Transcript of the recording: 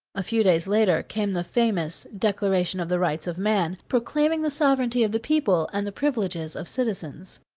a few days later came the famous declaration of the rights of man, proclaiming the sovereignty of the people and the privileges of citizens.